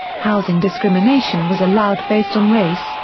housing discrimination was allowed based on race,